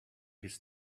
his